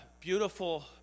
beautiful